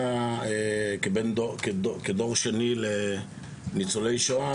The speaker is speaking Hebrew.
כדור שני לניצולי שואה,